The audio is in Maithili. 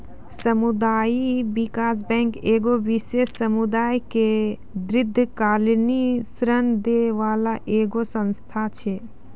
समुदायिक विकास बैंक एगो विशेष समुदाय के दीर्घकालिन ऋण दै बाला एगो संस्था छै